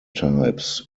types